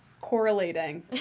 correlating